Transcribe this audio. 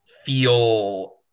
feel